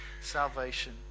salvation